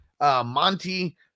Monty